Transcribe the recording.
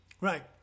Right